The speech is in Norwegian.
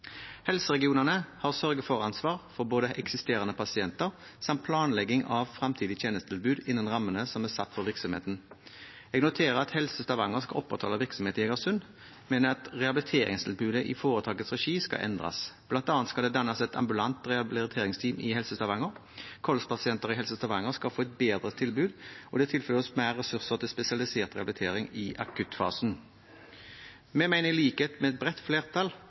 Helseregionene har et sørge-for-ansvar for eksisterende pasienter samt for planlegging av fremtidig tjenestetilbud innen rammene som er satt for virksomheten. Jeg noterer at Helse Stavanger skal opprettholde en virksomhet i Eigersund, men at rehabiliteringstilbudet i foretakets regi skal endres. Blant annet skal det dannes et ambulant rehabiliteringsteam i Helse Stavanger. Kolspasienter i Helse Stavanger skal få et bedre tilbud, og det tilføres mer ressurser til spesialisert rehabilitering i akuttfasen. Vi mener, i likhet med et bredt flertall,